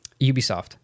Ubisoft